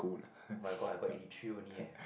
oh-my-god I got eighty three only leh